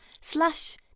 slash